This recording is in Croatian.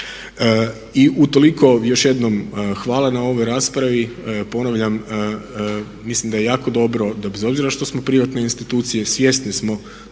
I utoliko još jednom hvala na ovoj raspravi. Ponavljam, mislim da je jako dobro da bez obzira što smo privatne institucije svjesni smo